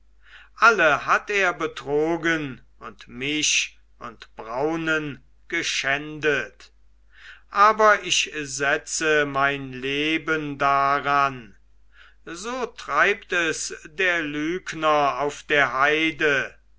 alle hat er betrogen und mich und braunen geschändet aber ich setze mein leben daran so treibt es der lügner auf der heide